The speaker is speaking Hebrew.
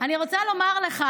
רוצה לומר לך